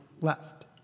left